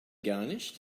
garnished